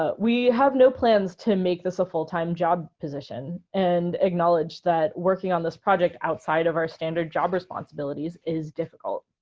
but we have no plans to make this a full time job position position and acknowledge that working on this project outside of our standard job responsibilities is difficult.